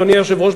אדוני היושב-ראש,